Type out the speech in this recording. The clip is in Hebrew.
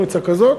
תנו עצה כזאת.